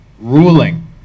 ruling